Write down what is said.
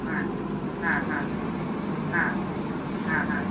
ആ ആ ഹാ ആ ആ ഹാ